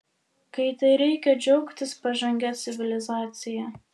kai tereikia džiaugtis pažangia civilizacija